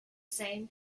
same